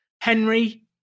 Henry